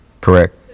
correct